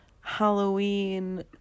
Halloween